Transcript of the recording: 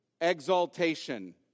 exaltation